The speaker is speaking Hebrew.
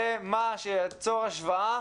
זה מה שייצור השוואה